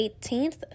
18th